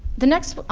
the next